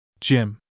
Jim